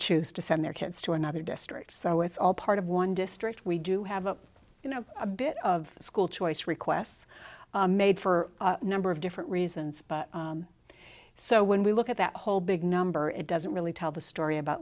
choose to send their kids to another district so it's all part of one district we do have a you know a bit of school choice requests made for a number of different reasons but so when we look at that whole big number it doesn't really tell the story about